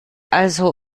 also